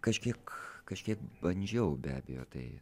kažkiek kažkiek bandžiau be abejo tai